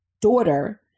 daughter